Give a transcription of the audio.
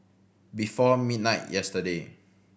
before midnight yesterday